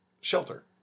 shelter